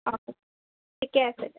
অঁ ঠিকে আছে দিয়ক